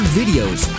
videos